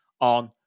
on